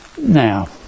Now